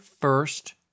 first